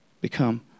Become